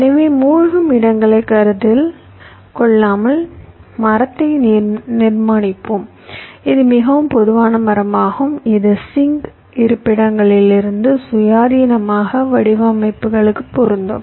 எனவே மூழ்கும் இடங்களைக் கருத்தில் கொள்ளாமல் மரத்தை நிர்மாணிப்போம் இது மிகவும் பொதுவான மரமாகும் இது சிங்க் இருப்பிடங்களிலிருந்து சுயாதீனமான வடிவமைப்புகளுக்கு பொருந்தும்